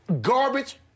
Garbage